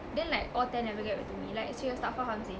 then like all ten never get back to me like serious tak faham seh